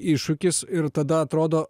iššūkis ir tada atrodo